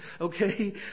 okay